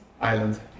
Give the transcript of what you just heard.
Island